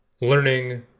learning